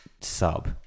Sub